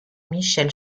michel